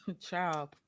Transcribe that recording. Child